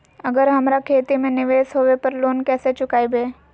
अगर हमरा खेती में निवेस होवे पर लोन कैसे चुकाइबे?